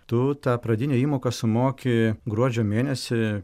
tu tą pradinę įmoką sumoki gruodžio mėnesį